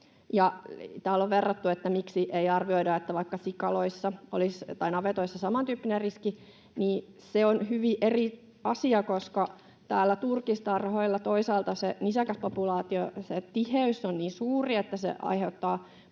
täällä on verrattu, että miksi ei arvioida, että vaikka sikaloissa tai navetoissa olisi samantyyppinen riski, niin se on hyvin eri asia, koska turkistarhoilla toisaalta nisäkäspopulaation tiheys on niin suuri, että se aiheuttaa